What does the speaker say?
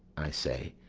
i say,